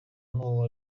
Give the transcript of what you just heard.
n’uwo